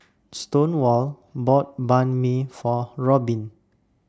Stonewall bought Banh MI For Robbin